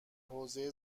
حوزه